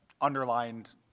underlined